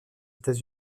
états